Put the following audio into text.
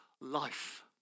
life